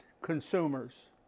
consumers